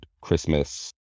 Christmas